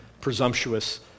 presumptuous